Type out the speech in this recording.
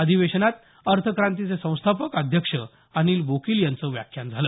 अधिवेशनात अर्थक्रांतीचे संस्थापक अध्यक्ष अनिल बोकील यांचं व्याख्यान झालं